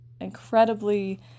incredibly